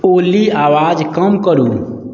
ओली आवाज कम करू